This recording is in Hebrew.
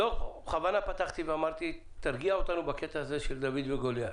בכוונה ביקשתי שתרגיע אותנו בקטע הזה של דוד וגוליית.